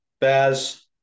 Baz